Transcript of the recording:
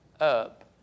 up